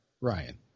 Ryan